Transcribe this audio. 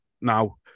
Now